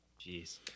jeez